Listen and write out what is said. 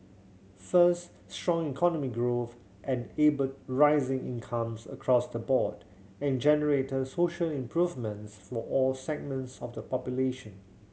first strong economic growth and able rising incomes across the board and generated social improvements for all segments of the population